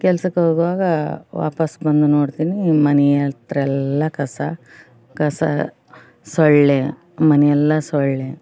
ಕೆಲ್ಸಕ್ಕೆ ಹೋಗುವಾಗ ವಾಪಸ್ಸು ಬಂದು ನೋಡ್ತೀನಿ ಮನೆ ಹತ್ರೆಲ್ಲ ಎಲ್ಲ ಕಸ ಕಸ ಸೊಳ್ಳೆ ಮನೆ ಎಲ್ಲ ಸೊಳ್ಳೆ